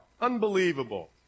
unbelievable